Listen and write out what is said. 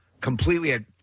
completely